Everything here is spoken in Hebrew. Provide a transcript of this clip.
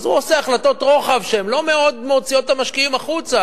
אז הוא עושה החלטות רוחב שהן לא מאוד מוציאות את המשקיעים החוצה.